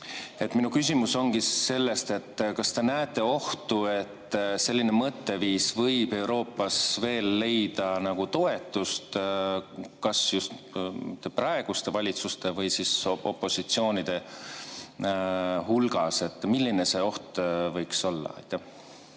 Minu küsimus ongi selles, kas te näete ohtu, et selline mõtteviis võib Euroopas veel leida toetust, kas just praeguste valitsuste või opositsioonide hulgas. Milline see oht võiks olla?